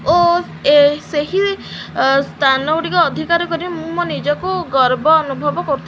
ଓ ସେହି ସ୍ଥାନଗୁଡ଼ିକ ଅଧିକାର କରି ମୁଁ ମୋ ନିଜକୁ ଗର୍ବ ଅନୁଭବ କରୁଥିଲି